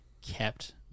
kept